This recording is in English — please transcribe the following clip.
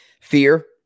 fear